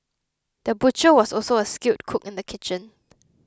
the butcher was also a skilled cook in the kitchen